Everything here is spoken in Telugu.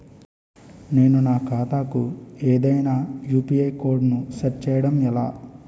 నేను నా ఖాతా కు ఏదైనా యు.పి.ఐ కోడ్ ను సెట్ చేయడం ఎలా?